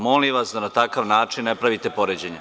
Molim vas da na takav način ne pravite poređenje.